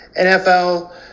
NFL